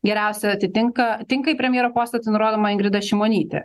geriausia atitinka tinka į premjero postą tai nurodoma ingrida šimonytė